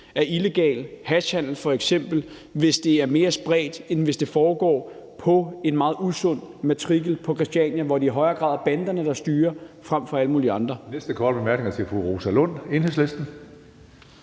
illegal hashhandel, hvis det er mere spredt, end hvis det foregår på en meget usund matrikel på Christiania, hvor det i højere grad er banderne, der styrer, frem for alle mulige andre.